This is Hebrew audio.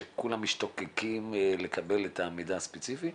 שכולם משתוקקים לקבל את המידע הספציפי.